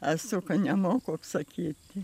esu kad nemoku apsakyti